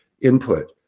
input